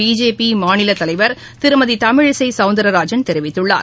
BJP மாநிலத் தலைவர் திருமதி தமிழிசை சௌந்தரராஜன் தெரிவித்துள்ளார்